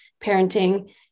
parenting